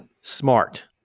smart